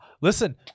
listen